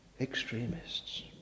extremists